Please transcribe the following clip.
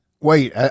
wait